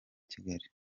kigali